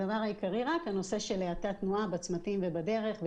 הנושא של האטת תנועה בצמתים ובדרך,